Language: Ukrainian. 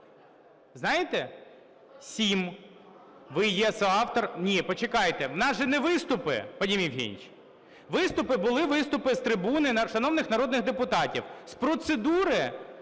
Знаєте? 7, ви є соавтор. Ні, почекайте, в нас же не виступи, Вадим Євгенович. Виступи були, виступи з трибуни шановних народних депутатів, з процедури